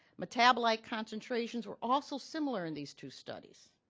metabolite concentrations were also similar in these two studies.